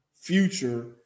future